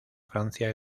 francia